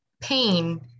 pain